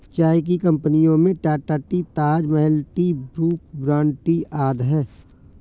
चाय की कंपनियों में Tata tea, Taj Mahal tea, Brooke Bond tea आदि है